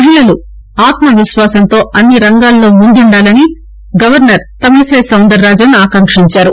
మహిళలు ఆత్మ విశ్వాసంతో అన్ని రంగాల్లో ముందుండాలని గవర్నర్ తమిళిసై సౌందరరాజన్ ఆకాంక్షించారు